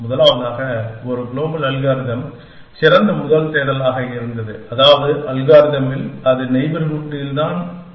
முதலாவதாக ஒரு global algorithm சிறந்த முதல் தேடலாக இருந்தது அதாவது அல்காரிதமில் அது நெய்பர்ஹூட்டில்தான் பார்க்கிறது